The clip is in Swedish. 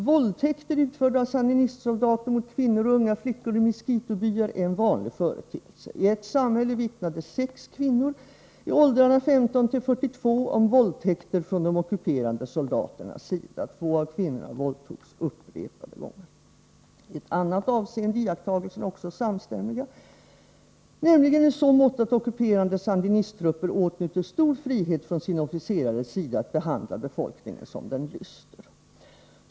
——— Våldtäkter utförda av sandinistsoldater mot kvinnor och unga flickor i miskitubyar är en vanlig företeelse. I ett samhälle vittnade sex kvinnor i åldrarna 15-42 om våldtäkter från de ockuperande soldaternas sida. Två av kvinnorna våldtogs upprepade gånger. ——- I ett annat avseende är iakttagelserna också samstämmiga, nämligen i så måtto att ockuperande sandinisttrupper åtnjuter stor frihet från sina officerares sida att behandla befolkningen som den lyster.